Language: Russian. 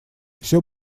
всё